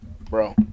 Bro